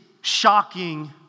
shocking